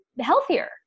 healthier